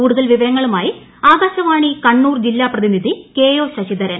കൂടുതൽ വിവരങ്ങളുമായി ആകാശവാണി കണ്ണൂർ ജില്ലാപ്രതിനിധി കെ ഒ ശശിധരൻ